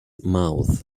mouth